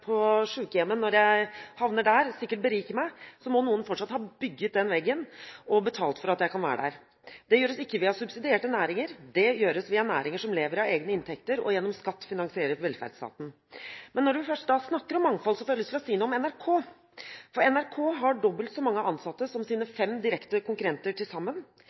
på sykehjemmet når jeg havner der, sikkert beriker meg, må noen fortsatt ha bygd den veggen og betalt for at jeg kan være der. Det gjøres ikke ved å ha subsidierte næringer, det gjøres via næringer som lever av egne inntekter, og som gjennom skatt finansierer velferdsstaten. Men når man først snakker om mangfold, får jeg lyst til å si noe om NRK. NRK har dobbelt så mange ansatte som sine fem direkte konkurrenter til sammen.